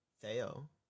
theo